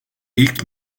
ilk